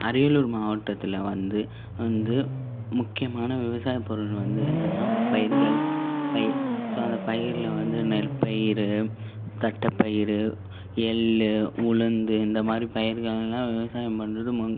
அரியலூர் மாவட்டத்தில் வந்து வந்து முக்கியமான விவசாய பொருள் வந்து என்னனா பயிர்கள் பயிர் ஸோ அந்த பயிரில் வந்து நெல் பயிர் தட்டை பயிர் எள் உளுந்து இந்தமாதிரி பயிர்கள்லாம் விவசாயம் பண்ணுறது மு